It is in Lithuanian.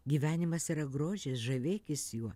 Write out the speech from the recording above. gyvenimas yra grožis žavėkis juo